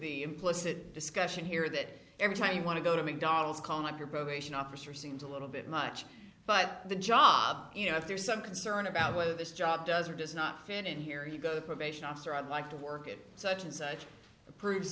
the implicit discussion here that every time you want to go to mcdonald's call my probation officer seems a little bit much but the job you know if there's some concern about whether this job does or does not fit in here you go the probation officer i'd like to work at such and such approves